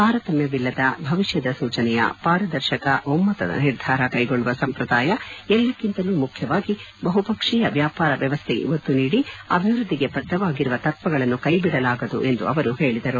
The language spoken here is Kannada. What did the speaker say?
ತಾರತಮ್ಮವಿಲ್ಲದ ಭವಿಷ್ಣದ ಸೂಚನೆಯ ಪಾರದರ್ಶಕ ಒಮ್ನತದ ನಿರ್ಧಾರ ಕೈಗೊಳ್ಳುವ ಸಂಪ್ರದಾಯ ಎಲ್ಲಕ್ಷಂತಲೂ ಮುಖ್ಯವಾಗಿ ಬಹುಪಕ್ಷೀಯ ವ್ಯಾಪಾರ ವ್ಯವಸ್ಥೆಗೆ ಒತ್ತು ನೀಡಿ ಅಭಿವೃದ್ಧಿಗೆ ಬದ್ಧವಾಗಿರುವ ತತ್ವಗಳನ್ನು ಕೈಬಿಡಲಾಗದು ಎಂದು ಅವರು ಹೇಳಿದರು